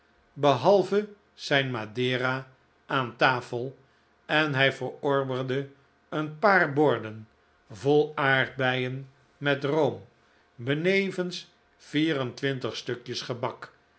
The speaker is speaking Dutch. behalve zijn madera aan tafel en hij verorberde een paar borden vol aardbeien met room benevens vieren twintig stukjes gebak